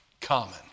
common